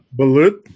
Balut